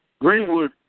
Greenwood